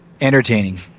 Entertaining